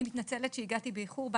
אני מתנצלת שהגעתי באיחור.